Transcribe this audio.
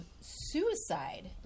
suicide